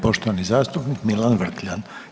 poštovani zastupnik Milan Vrkljan.